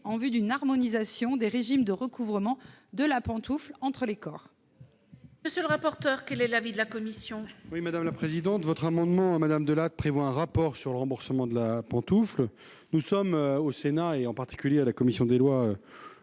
en vue d'une harmonisation des régimes de recouvrement de la pantoufle entre les corps.